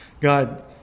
God